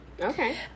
Okay